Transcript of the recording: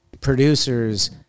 producers